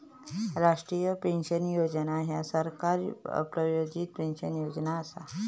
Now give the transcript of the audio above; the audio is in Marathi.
राष्ट्रीय पेन्शन योजना ह्या सरकार प्रायोजित पेन्शन योजना असा